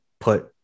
put